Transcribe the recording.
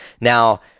Now